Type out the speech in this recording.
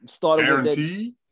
Guaranteed